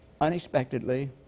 Unexpectedly